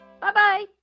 Bye-bye